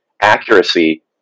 accuracy